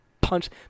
punch